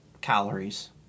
calories